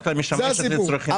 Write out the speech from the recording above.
זה הסיפור.